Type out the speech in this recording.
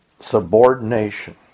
subordination